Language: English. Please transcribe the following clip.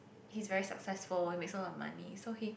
he's very successful makes a lot of money so he